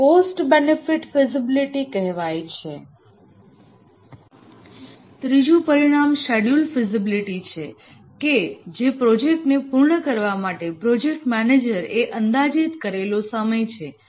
તેને cost benefit feasibility કહેવાય છે ત્રીજું પરિમાણ શેડ્યુલ ફિઝિબિલિટી છે કે જે પ્રોજેક્ટને પૂર્ણ કરવા માટે પ્રોજેક્ટ મેનેજર એ અંદાજિત કરેલો સમય છે